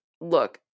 look